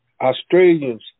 Australians